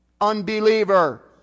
unbeliever